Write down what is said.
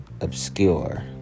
obscure